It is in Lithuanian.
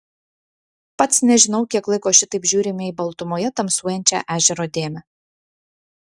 pats nežinau kiek laiko šitaip žiūrime į baltumoje tamsuojančią ežero dėmę